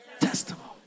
testimony